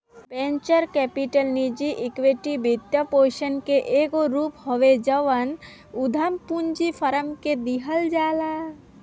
venture capital निजी equity वित्तपोषण के एगो रूप हवे जवन उधम पूंजी फार्म के दिहल जाला